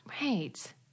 Right